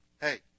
Hey